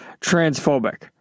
transphobic